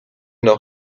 nord